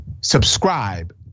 subscribe